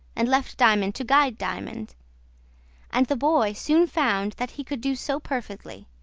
and left diamond to guide diamond and the boy soon found that he could do so perfectly.